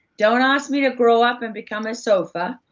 don't ask me to grow up and become a sofa,